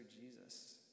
Jesus